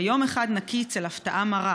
ויום אחד נקיץ אל הפתעה מרה.